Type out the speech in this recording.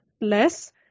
less